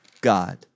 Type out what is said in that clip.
God